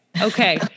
Okay